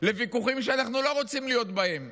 לוויכוחים שאנחנו לא רוצים להיות בהם.